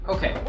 Okay